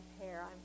hair